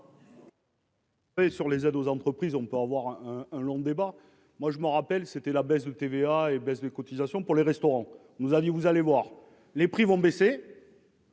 sur les aides aux entreprises, on peut avoir un un un long débat, moi je m'en rappelle, c'était la baisse de TVA et baisse de cotisations pour les restaurants, nous a dit : vous allez voir les prix vont baisser.